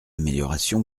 amélioration